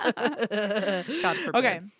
Okay